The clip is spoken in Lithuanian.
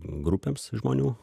grupėms žmonių